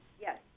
Yes